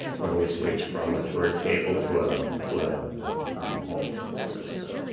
when we switch from a turntable to ah to an an optical system,